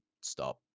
stop